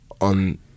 on